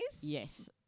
Yes